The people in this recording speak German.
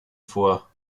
vor